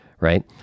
Right